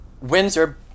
Windsor